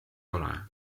ole